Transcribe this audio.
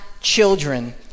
children